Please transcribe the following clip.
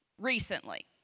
recently